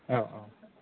औ